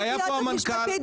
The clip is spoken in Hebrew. היה פה המנכ"ל אני חייבת להגיד,